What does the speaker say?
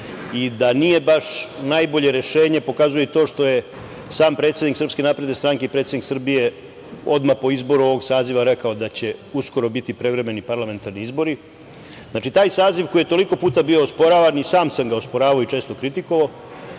i da nije baš najbolje rešenje pokazuje i to što je sam predsednik SNS i predsednik Srbije odmah po izboru ovog saziva rekao da će uskoro biti prevremeni parlamentarni izbori. Znači, taj saziv koji je toliko puta bio osporavan i sam sam ga osporavao i često kritikovao,